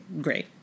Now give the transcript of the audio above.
great